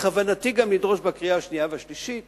בכוונתי גם לדרוש בדיון בקריאה השנייה והשלישית